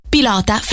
Pilota